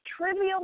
trivial